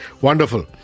Wonderful